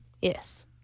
yes